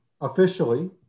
officially